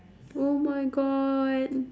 oh my god